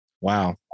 Wow